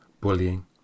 bullying